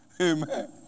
Amen